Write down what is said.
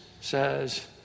says